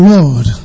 Lord